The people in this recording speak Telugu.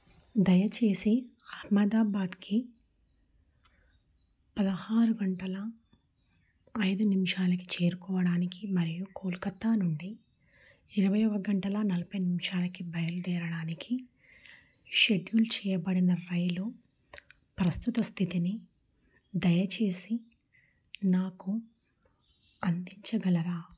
దయచేసి అహ్మదాబాద్కి పదహారు గంటల ఐదు నిమిషాలకి చేరుకోవడానికి మరియు కోల్కత్తా నుండి ఇరవైఒక గంటల నలభై నిమిషాలకి బయలుదేరడానికి షెడ్యూల్ చేయబడిన రైలు ప్రస్తుత స్థితిని దయచేసి నాకు అందించగలరా